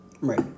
Right